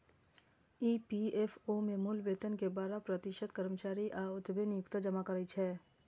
EPFO मे मूल वेतन के बारह प्रतिशत कर्मचारी आ ओतबे नियोक्ता जमा करै छै